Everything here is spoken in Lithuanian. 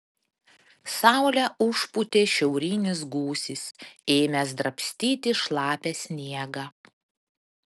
saulę užpūtė šiaurinis gūsis ėmęs drabstyti šlapią sniegą